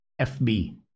FB